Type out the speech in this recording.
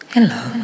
Hello